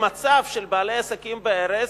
המצב של בעלי העסקים בארז,